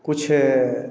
कुछ